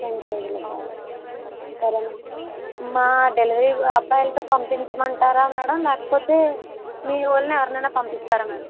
రెండ్రోజులకా సరే మ్యామ్ మా డెలీవరీ అబ్బాయిలతో పంపించమంటారా మేడమ్ లేకపోతే మీ వాళ్ళని ఎవరినైనా పంపిస్తారా మేడమ్